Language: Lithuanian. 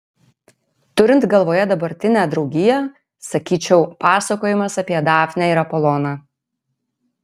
turint galvoje dabartinę draugiją sakyčiau pasakojimas apie dafnę ir apoloną